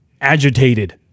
agitated